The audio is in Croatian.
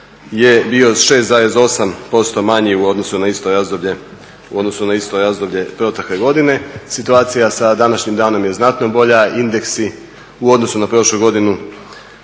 je bio 6,8% manji u odnosu na isto razdoblje protekle godine. Situacija sa današnjim danom je znatno bolja, indeksi u odnosu na prošlu godinu